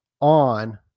on